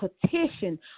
petition